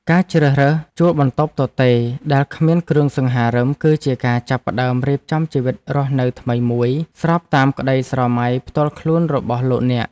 ការជ្រើសរើសជួលបន្ទប់ទទេរដែលគ្មានគ្រឿងសង្ហារិមគឺជាការចាប់ផ្ដើមរៀបចំជីវិតរស់នៅថ្មីមួយស្របតាមក្ដីស្រមៃផ្ទាល់ខ្លួនរបស់លោកអ្នក។